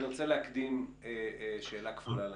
אני רוצה להקדים שאלה כפולה לעניין.